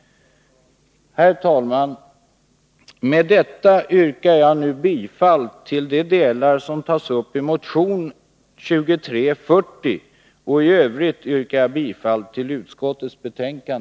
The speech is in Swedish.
Herr talman! Med detta yrkar jag bifall till de delar som tas upp i motion 2340 och i övrigt till utskottets hemställan.